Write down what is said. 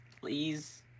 Please